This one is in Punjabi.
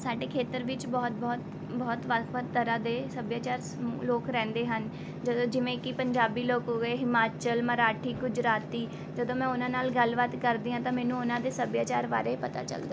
ਸਾਡੇ ਖੇਤਰ ਵਿੱਚ ਬਹੁਤ ਬਹੁਤ ਬਹੁਤ ਵੱਖ ਵੱਖ ਤਰ੍ਹਾਂ ਦੇ ਸੱਭਿਆਚਾਰ ਸਮੂਹ ਲੋਕ ਰਹਿੰਦੇ ਹਨ ਜਦੋਂ ਜਿਵੇਂ ਕਿ ਪੰਜਾਬੀ ਲੋਕ ਹੋ ਗਏ ਹਿਮਾਚਲ ਮਰਾਠੀ ਗੁਜਰਾਤੀ ਜਦੋਂ ਮੈਂ ਉਹਨਾਂ ਨਾਲ ਗੱਲਬਾਤ ਕਰਦੀ ਹਾਂ ਤਾਂ ਮੈਨੂੰ ਉਹਨਾਂ ਦੇ ਸੱਭਿਆਚਾਰ ਬਾਰੇ ਪਤਾ ਚੱਲਦਾ